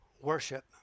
worship